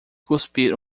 cuspir